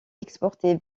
exportés